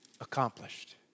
accomplished